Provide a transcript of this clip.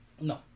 No